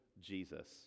Jesus